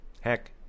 Heck